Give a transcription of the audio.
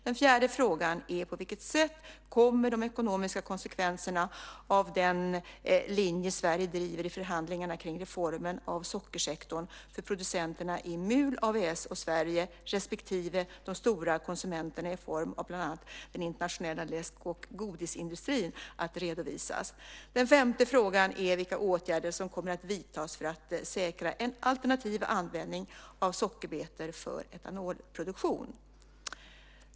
Den fjärde frågan är på vilket sätt de ekonomiska konsekvenserna av den linje Sverige driver i förhandlingarna kring reformen av sockersektorn för producenterna i MUL, AVS och Sverige, respektive de stora konsumenterna i form av bland annat den internationella läsk och godisindustrin, kommer att redovisas. Den femte frågan är vilka åtgärder som kommer att vidtas för att säkra en alternativ användning av sockerbetor för etanolproduktion.